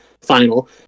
final